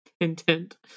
Intent